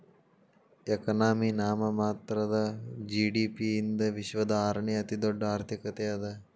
economy ನಾಮಮಾತ್ರದ GDP ಯಿಂದ ವಿಶ್ವದ ಆರನೇ ಅತಿದೊಡ್ಡ್ ಆರ್ಥಿಕತೆ ಅದ